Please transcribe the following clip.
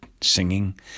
singing